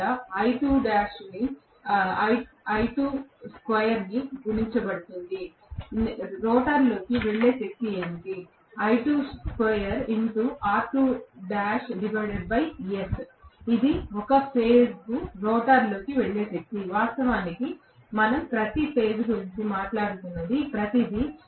ద్వారా గుణించబడుతుంది రోటర్లోకి వెళ్లే శక్తి ఏమిటి ఇది ఒక ఫేజ్కు రోటర్లోకి వెళ్లే శక్తి వాస్తవానికి మనం ప్రతి ఫేజ్ గురించి మాట్లాడుతున్న ప్రతిదీ